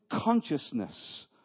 consciousness